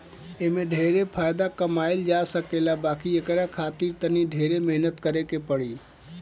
एमे ढेरे फायदा कमाई जा सकेला बाकी एकरा खातिर तनी ढेरे मेहनत करे के पड़ी